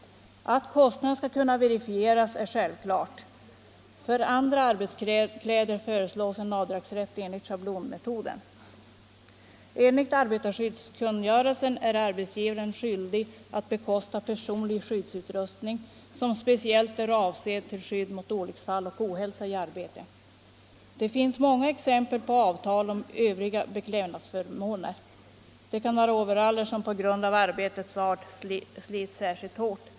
Att kostnaderna skall kunna verifieras är självklart. För andra arbetskläder föreslås en avdragsrätt enligt schablonmetoden. Enligt arbetarskyddskungörelsen är arbetsgivaren skyldig att bekosta personlig skyddsutrustning, som speciellt är avsedd till skydd mot olycksfall och ohälsa i arbetet. Det finns många exempel på avtal om övriga beklädnadsförmåner. Det kan vara overaller, som på grund av arbetets art slits särskilt hårt.